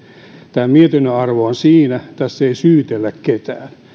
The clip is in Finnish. tämän mietinnön arvo on siinä että tässä ei syytellä ketään